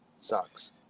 sucks